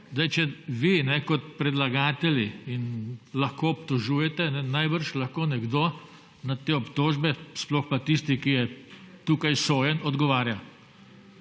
Če vi kot predlagatelji lahko obtožujete, najbrž lahko nekdo na te obtožbe, sploh pa tisti, ki je tukaj sojen, odgovarja.